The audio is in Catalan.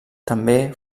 també